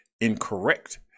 incorrect